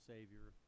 Savior